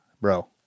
bro